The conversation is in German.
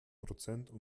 prozenten